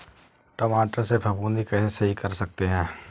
टमाटर से फफूंदी कैसे सही कर सकते हैं?